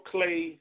Clay –